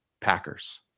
Packers